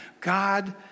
God